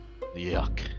Yuck